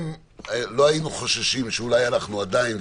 אם לא היינו חוששים שאולי אנחנו עדיין,